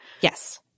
Yes